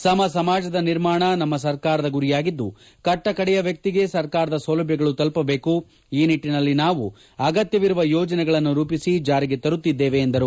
ಸಮ ಸಮಾಜದ ನಿರ್ಮಾಣ ನಮ್ಮ ಸರ್ಕಾರದ ಗುರಿಯಾಗಿದ್ದು ಕಟ್ಟಕಡೆಯ ವ್ಯಕ್ತಿಗೆ ಸರ್ಕಾರದ ಸೌಲಭ್ಯಗಳು ತಲುಪಬೇಕು ಈ ನಿಟ್ಟನಲ್ಲಿ ನಾವು ಅಗತ್ಯವಿರುವ ಯೋಜನೆಗಳನ್ನು ರೂಪಿಸಿ ಜಾರಿಗೆ ತರುತ್ತಿದ್ದೇವೆ ಎಂದರು